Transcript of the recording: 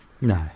No